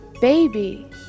baby